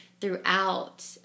throughout